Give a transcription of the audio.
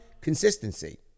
consistency